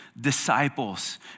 disciples